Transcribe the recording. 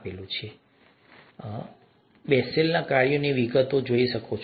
તેથી તમે બેસેલના કાર્યોની વિગતો જોઈ શકો છો